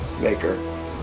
maker